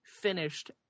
finished